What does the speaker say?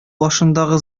башындагы